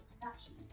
perceptions